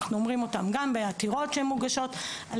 אנחנו אומרים אותן גם בעתירות שמוגשות על